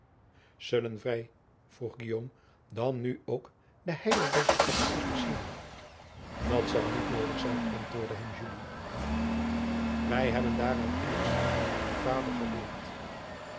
ullen wij vroeg dan nu ook den eidelbergschen atechismus zien at zal niet noodig zijn antwoordde hem ij hebben daaruit immers zelf bij vader geleerd